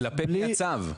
כלפי מי הצו?